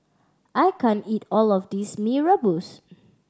I can't eat all of this Mee Rebus